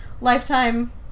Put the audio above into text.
lifetime